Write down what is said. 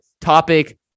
topic